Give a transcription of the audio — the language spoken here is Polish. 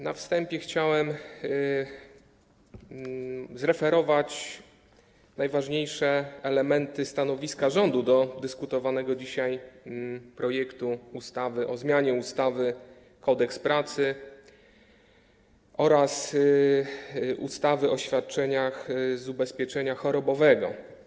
Na wstępie chciałbym zreferować najważniejsze elementy stanowiska rządu w sprawie dyskutowanego dzisiaj projektu ustawy o zmianie ustawy Kodeks pracy oraz ustawy o świadczeniach z ubezpieczenia chorobowego.